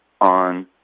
on